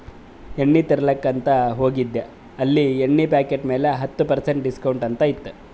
ಎಣ್ಣಿ ತರ್ಲಾಕ್ ಅಂತ್ ಹೋಗಿದ ಅಲ್ಲಿ ಎಣ್ಣಿ ಪಾಕಿಟ್ ಮ್ಯಾಲ ಹತ್ತ್ ಪರ್ಸೆಂಟ್ ಡಿಸ್ಕೌಂಟ್ ಅಂತ್ ಇತ್ತು